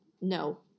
no